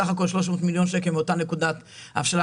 סך הכול 300 מיליון שקלים מאותה נקודת הבשלה,